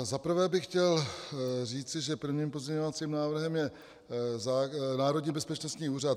Za prvé bych chtěl říci, že prvním pozměňovacím návrhem je Národní bezpečnostní úřad.